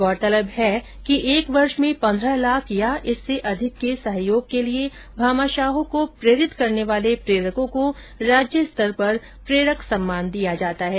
गौरतलब है कि एक वर्ष में पन्द्रह लाख या इससे अधिक के सहयोग के लिए भामाशाहों को प्रेरित करने वाले प्रेरकों को राज्य स्तर पर प्रेरक सम्मान दिया जाता है